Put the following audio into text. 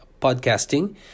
podcasting